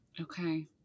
Okay